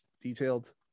detailed